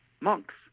monks